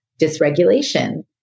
dysregulation